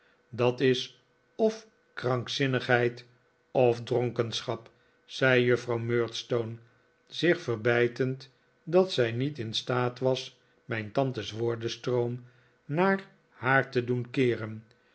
dat is of krankzinnigheid of dronkenschap zei juffrouw murdstone zich verbijtend dat zij niet in staat was mijn tante's woordenstroom naar haar te doen keeren